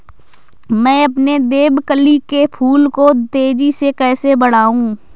मैं अपने देवकली के फूल को तेजी से कैसे बढाऊं?